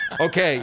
Okay